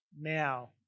now